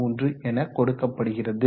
33 என கொடுக்கப்படுகிறது